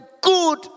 good